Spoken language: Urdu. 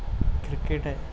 کرکٹ ہے